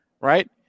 right